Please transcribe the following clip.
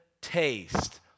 taste